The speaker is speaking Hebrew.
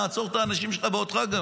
נעצור את האנשים שלך וגם אותך.